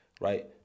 right